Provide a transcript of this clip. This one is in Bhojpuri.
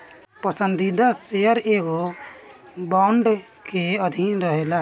पसंदीदा शेयर एगो बांड के अधीन रहेला